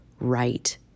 right